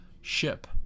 ship